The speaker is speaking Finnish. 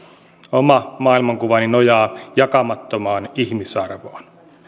oma maailmankuvani nojaa jakamattomaan ihmisarvoon jos me